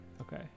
Okay